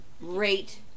rate